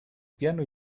piano